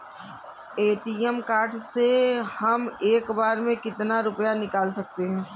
ATM card से हम एक बार में कितना रुपया निकाल सकते हैं?